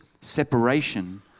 separation